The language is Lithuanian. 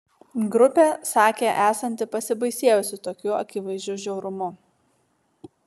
grupė sakė esanti pasibaisėjusi tokiu akivaizdžiu žiaurumu